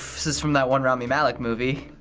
this is from that one rami malek movie.